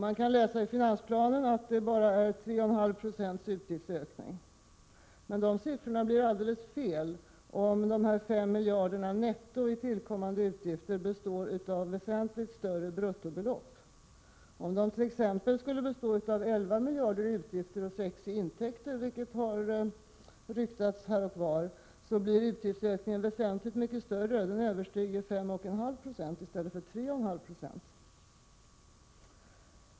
Man kan läsa i finansplanen att utgiftsökningen bara har varit 3,5 20. Den siffran blir emellertid helt fel om dessa fem miljarder netto i tillkommande utgifter består av väsentligt större bruttobelopp. Om det.ex. skulle bestå av elva miljarder i utgifter och sex i intäkter, vilket har ryktats här och var, blir utgiftsökningen väsentligt mycket större. Den kommer då att överstiga 5,5 96 i stället för 3,5 96.